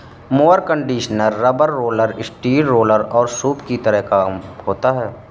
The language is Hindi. mower conditioner rubber roller, steel roller और सूप के तरह का होता है